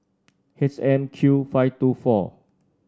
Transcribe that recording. H M Q five two four